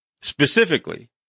specifically